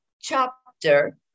chapter